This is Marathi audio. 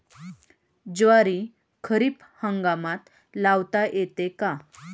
ज्वारी खरीप हंगामात लावता येते का?